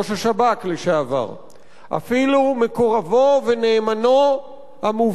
אפילו מקורבו ונאמנו המובהק של ראש הממשלה,